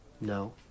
No